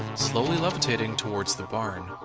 slowly levitating towards the barn.